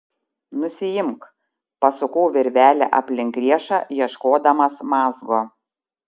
nusiimk pasukau virvelę aplink riešą ieškodamas mazgo